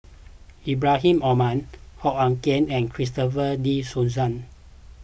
Ibrahim Omar Hoo Ah Kay and Christopher De Souza